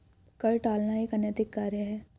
कर टालना एक अनैतिक कार्य है